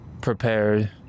prepared